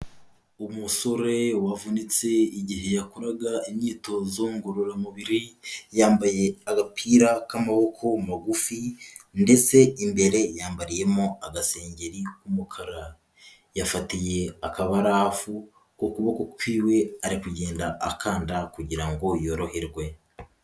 Umusore wavunitse igihe yakoraga imyitozo ngororamubiri, yambaye agapira k'amaboko magufi ndetse imbere yambariyemo agasengeri k'umukara, yafatiye akabarafu ku kuboko kwiwe ari kugenda akanda kugira ngo yoroherwe.